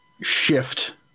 shift